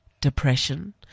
depression